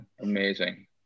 Amazing